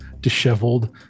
disheveled